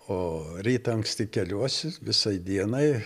o rytą anksti keliuosi visai dienai